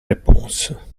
réponses